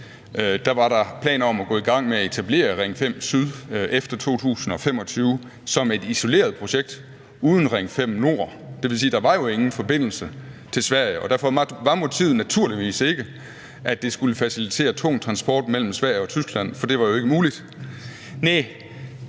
var planer om at gå i gang med at etablere Ring 5 Syd efter 2025 som et isoleret projekt uden Ring 5 Nord. Det vil sige, at der ingen forbindelse var til Sverige, og derfor var motivet naturligvis ikke, at det skulle facilitere tung transport mellem Sverige og Tyskland, for det var jo ikke muligt.